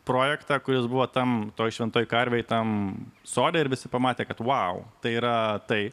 projektą kuris buvo tam toj šventoj karvėj tam sode ir visi pamatė kad vau tai yra tai